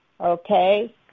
Okay